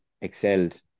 excelled